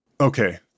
Okay